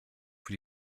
für